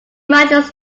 manages